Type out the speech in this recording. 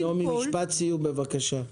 נעמי, משפט סיום, בבקשה.